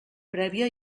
prèvia